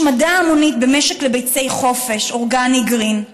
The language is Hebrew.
השמדה המונית במשק לביצי חופש Organic Green.